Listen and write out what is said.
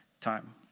time